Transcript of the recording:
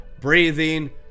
breathing